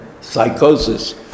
psychosis